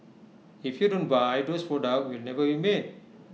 if you don't buy those products will never you made